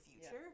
future